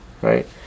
Right